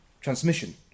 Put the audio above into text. Transmission